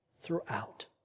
throughout